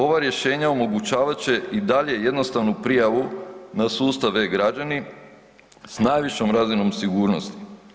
Ovo, ova rješenja omogućavat će i dalje jednostavnu prijavu na sustav e-građani s najvišom razvojem sigurnosti.